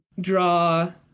draw